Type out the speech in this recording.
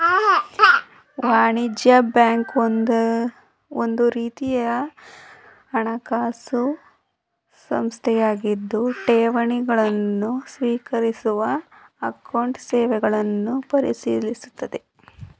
ವಾಣಿಜ್ಯ ಬ್ಯಾಂಕ್ ಒಂದುರೀತಿಯ ಹಣಕಾಸು ಸಂಸ್ಥೆಯಾಗಿದ್ದು ಠೇವಣಿ ಗಳನ್ನು ಸ್ವೀಕರಿಸುವ ಅಕೌಂಟ್ ಸೇವೆಗಳನ್ನು ಪರಿಶೀಲಿಸುತ್ತದೆ